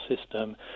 system